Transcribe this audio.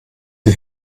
die